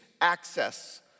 access